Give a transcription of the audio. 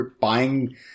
buying